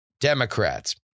Democrats